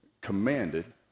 commanded